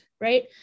right